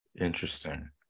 Interesting